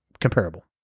comparable